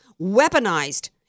weaponized